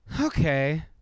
okay